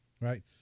Right